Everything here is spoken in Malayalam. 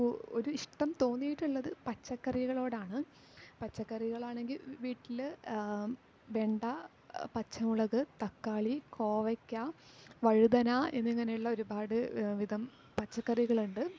ഒരിഷ്ടം തോന്നിയിട്ടുള്ളത് പച്ചക്കറികളോടാണ് പച്ചക്കറികളാണെങ്കിൽ വീട്ടിൽ വെണ്ട പച്ചമുളക് തക്കാളി കോവയ്ക്ക വഴുതന എന്നിങ്ങനെയുള്ള ഒരുപാട് വിധം പച്ചക്കറികൾ ഉണ്ട്